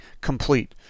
complete